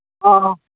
ꯑꯣ